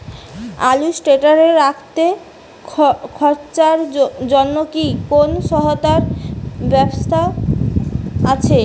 আলু স্টোরে রাখতে খরচার জন্যকি কোন সহায়তার ব্যবস্থা আছে?